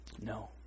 No